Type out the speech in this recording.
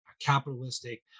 capitalistic